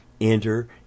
enter